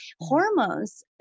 Hormones